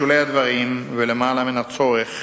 בשולי הדברים ולמעלה מן הצורך,